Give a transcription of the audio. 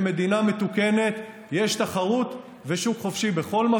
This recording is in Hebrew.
במדינה מתוקנת יש תחרות ושוק חופשי בכל מקום,